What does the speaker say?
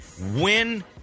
win